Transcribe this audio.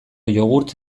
jogurt